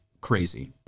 crazy